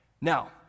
Now